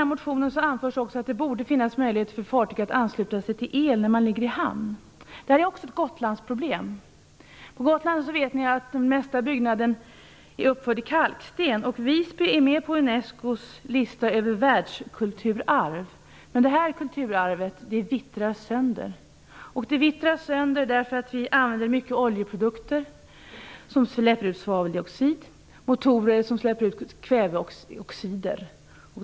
I motionen anförs att det borde finnas möjlighet för fartyg som ligger i hamn att ansluta sig till elnätet. Detta är bl.a. ett Gotlandsproblem. Som bekant är de flesta byggnaderna på Gotland uppförda i kalksten, och Visby finns med på Unescos lista över världskulturarv, men detta kulturarv vittrar sönder. Det beror på att vi använder mycket av oljeprodukter som släpper ut svaveldioxid och begagnar motorer som avger kväveoxider.